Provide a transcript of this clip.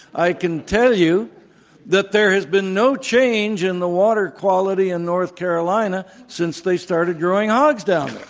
i can tell you that there has been no change in the water quality in no rth carolina since they started growing hogs down